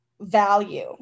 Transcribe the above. value